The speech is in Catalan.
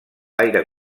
aire